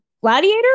Gladiator